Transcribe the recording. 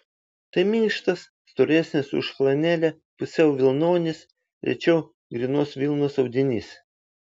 tai minkštas storesnis už flanelę pusiau vilnonis rečiau grynos vilnos audinys